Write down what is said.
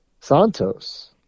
Santos